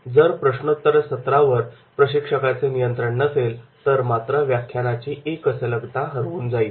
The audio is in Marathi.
जर प्रश्नोत्तर सत्रावर प्रशिक्षकाचे नियंत्रण नसेल तर मात्र व्याख्यानाची एकसलगता हरवून जाईल